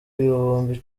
ibihumbi